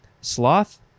sloth